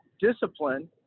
discipline